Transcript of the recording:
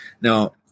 Now